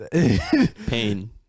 pain